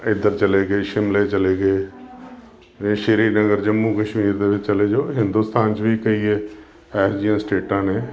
ਇੱਧਰ ਚਲੇ ਗਏ ਸ਼ਿਮਲੇ ਚਲੇ ਗਏ ਏ ਸ਼੍ਰੀਨਗਰ ਜੰਮੂ ਕਸ਼ਮੀਰ ਦੇ ਵਿੱਚ ਚਲੇ ਜਾਓ ਹਿੰਦੁਸਤਾਨ 'ਚ ਵੀ ਕਈ ਹ ਐਸੀਆਂ ਸਟੇਟਾਂ ਨੇ